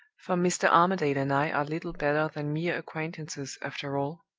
for mr. armadale and i are little better than mere acquaintances, after all